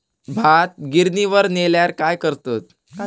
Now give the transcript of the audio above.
भात गिर्निवर नेल्यार काय करतत?